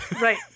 Right